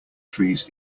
trees